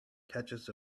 catches